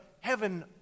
heaven